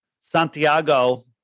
Santiago